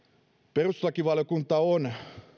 perustuslakivaliokunta on